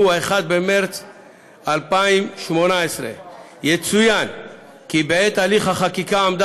שהוא 1 במרס 2018. יצוין כי בעת הליך החקיקה עמדה